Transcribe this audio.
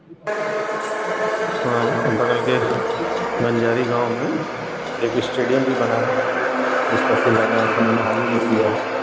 हाँ बगल के बंजारी गाँव में एक स्टेडियम भी बना है जिसका सिलान्यास उन्होंने हाल ही में किया है